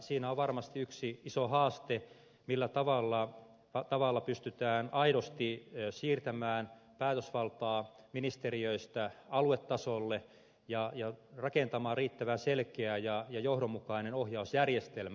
siinä on varmasti yksi iso haaste millä tavalla pystytään aidosti siirtämään päätösvaltaa ministeriöistä aluetasolle ja rakentamaan riittävän selkeä ja johdonmukainen ohjausjärjestelmä